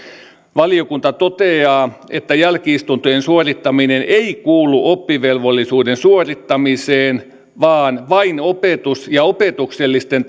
valiokunta toteaa että jälki istuntojen suorittaminen ei kuulu oppivelvollisuuden suorittamiseen vaan vain opetus ja opetuksellisten